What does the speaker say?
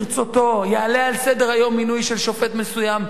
ברצותו יעלה על סדר-היום מינוי של שופט מסוים,